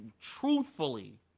truthfully